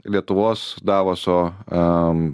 lietuvos davoso am